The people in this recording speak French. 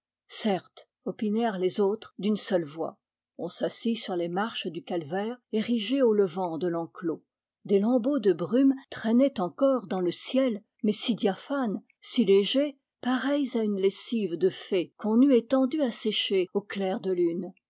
certes opinèrent les autres d'une seule voix on s'assit sur les marches du calvaire érigé au levant de l'enclos des lambeaux de brume trainaient encore dans le ciel mais si diaphanes si légers pareils à une lessive de fées qu'on eût étendue à sécher au clair de lune